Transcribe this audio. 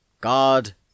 God